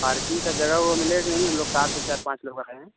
parking का जगह ओगा मिलेगा कि नहीं हम लोग कार से चार पाँच लोग आए हैं